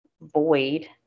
void